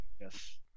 Yes